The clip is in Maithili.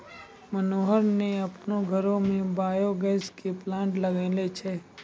मनोहर न आपनो घरो मॅ बायो गैस के प्लांट लगैनॅ छै